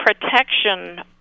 protection